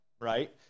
right